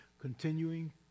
continuing